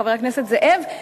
חבר הכנסת זאב,